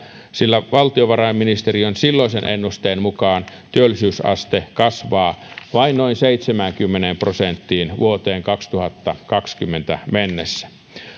sillä valtiovarainministeriön silloisen ennusteen mukaan työllisyysaste kasvaa vain noin seitsemäänkymmeneen prosenttiin vuoteen kaksituhattakaksikymmentä mennessä